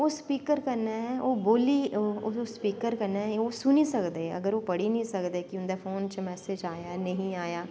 ओह् स्पीकर कन्नै ओह् बोलियै स्पीकर कन्नै ओह् सुनी सकदे कि अगर ओह् पढ़ी नी सकदे उंदै फोन च मैसेज़ आया नेंई आया